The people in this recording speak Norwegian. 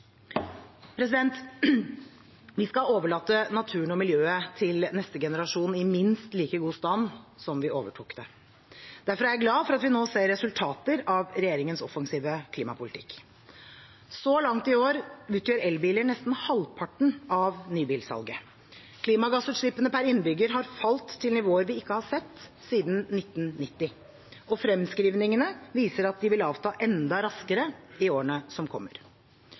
Vi skal overlate naturen og miljøet til neste generasjon i minst like god stand som vi overtok det. Derfor er jeg glad for at vi nå ser resultater av regjeringens offensive klimapolitikk. Så langt i år utgjør elbiler nesten halvparten av nybilsalget. Klimagassutslippene per innbygger har falt til nivåer vi ikke har sett siden 1990, og fremskrivningene viser at de vil avta enda raskere i årene som kommer.